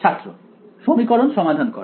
ছাত্র সমীকরণ সমাধান করা